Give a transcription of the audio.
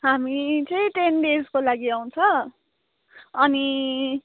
हामी चाहिँ टेन डेसको लागि आउँछौँ अनि